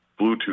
Bluetooth